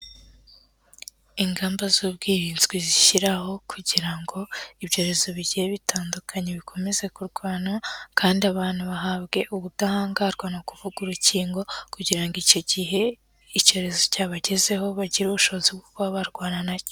Ingamba z'ubwirinzwi zishyiraho kugira ngo ibyorezo bigiye bitandukanye bikomeze kurwanwa kandi abantu bahabwe ubudahangarwa, ni ukuvuga urukingo kugira ngo icyo gihe icyorezo cyabagezeho bagire ubushobozi bwo kuba barwana nacyo.